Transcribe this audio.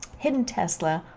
hidden tesla,